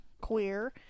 Queer